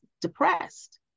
depressed